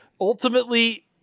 ultimately